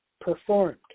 performed